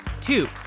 two